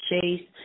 chase